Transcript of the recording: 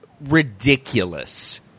ridiculous